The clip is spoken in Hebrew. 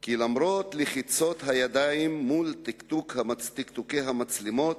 כי למרות לחיצות הידיים מול תקתוקי המצלמות,